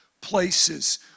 places